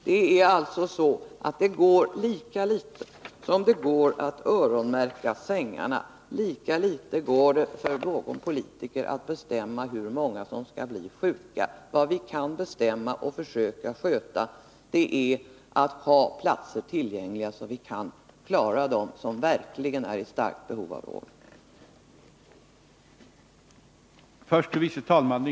Det är alltså så, att lika litet som det går att öronmärka sängarna, lika litet går det för någon politiker att bestämma hur många som skall bli sjuka. Vad vi kan bestämma är att vi skall ha platser tillgängliga så att vi kan klara dem som verkligen är i starkt behov av vård, och det skall vi försöka sköta.